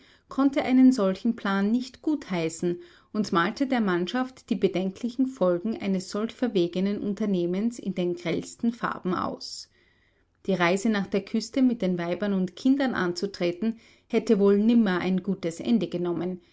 konnte einen solchen plan nicht gutheißen und malte der mannschaft die bedenklichen folgen eines solch verwegenen unternehmens in den grellsten farben aus die reise nach der küste mit den weibern und kindern anzutreten hätte wohl nimmer ein gutes ende genommen